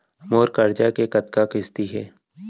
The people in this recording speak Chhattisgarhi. मोर करजा के कतका किस्ती हे?